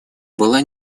была